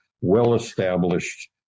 well-established